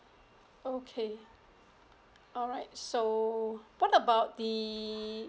okay alright so what about the